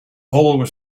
always